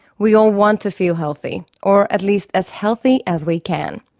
we all want to feel healthy, or at least, as healthy as we can.